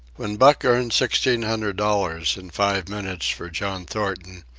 when buck earned sixteen hundred dollars in five minutes for john thornton,